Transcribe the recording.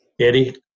Eddie